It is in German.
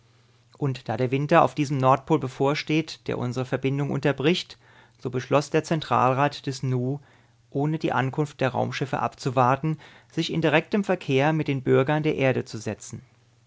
und da der winter auf diesem nordpol bevorsteht der unsre verbindung unterbricht so beschloß der zentralrat des nu ohne die ankunft der raumschiffe abzuwarten sich in direkten verkehr mit den bürgern der erde zu setzen